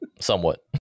somewhat